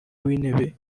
w’intebe